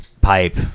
pipe